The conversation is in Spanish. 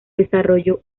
desarrollo